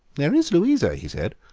there is loiusa, he said,